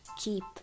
keep